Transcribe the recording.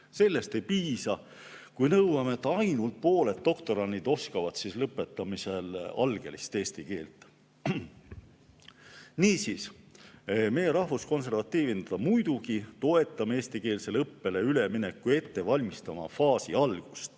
Sellest ei piisa, kui nõuame, et ainult pooled doktorandid oskavad lõpetamisel vähemalt algelisel tasemel eesti keelt. Niisiis, meie rahvuskonservatiividena muidugi toetame eestikeelsele õppele ülemineku ettevalmistava faasi algust.